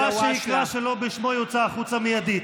הבא שיקרא לא בשמו, יוצא החוצה מיידית,